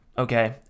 okay